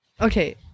Okay